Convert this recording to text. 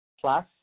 Plus